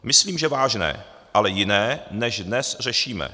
Myslím, že vážné, ale jiné, než dnes řešíme.